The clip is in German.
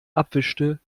abwischte